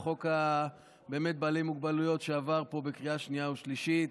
על חוק בעלי מוגבלויות שעבר פה בקריאה שנייה ושלישית,